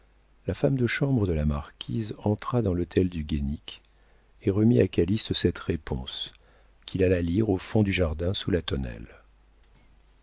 la femme de chambre de la marquise entra dans l'hôtel du guénic et remit à calyste cette réponse qu'il alla lire au fond du jardin sous la tonnelle